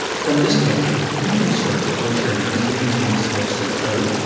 from this page you can search for charities using the cfc code,